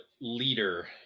leader